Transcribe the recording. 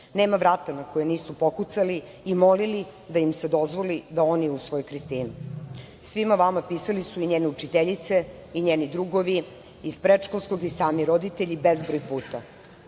Nema vrata na koja nisu pokucali i molili da im se dozvoli da oni usvoje Kristinu. Svima vama pisali su i njene učiteljice i njeni drugovi iz predškolskog i sami roditelji bezbroj puta.